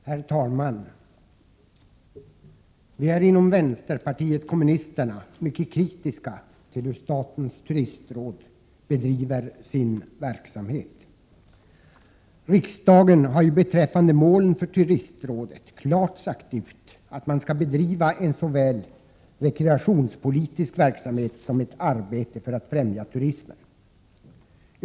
Herr talman! Vi är inom vänsterpartiet kommunisterna mycket kritiska till hur Sveriges turistråd bedriver sin verksamhet. Riksdagen har ju beträffande målen för Turistrådet klart sagt ut att man skall bedriva såväl rekreationspolitisk verksamhet som ett arbete för att främja turismen.